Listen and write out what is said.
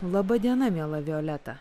laba diena miela violeta